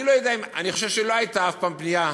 אני לא יודע, אני חושב שלא הייתה אף פעם פנייה